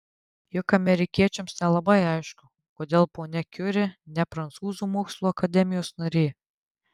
juk amerikiečiams nelabai aišku kodėl ponia kiuri ne prancūzų mokslų akademijos narė